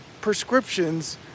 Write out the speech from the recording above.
prescriptions